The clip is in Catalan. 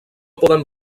poden